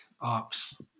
Ops